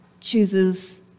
chooses